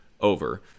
over—